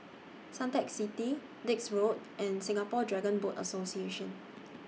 Suntec City Dix Road and Singapore Dragon Boat Association